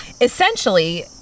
essentially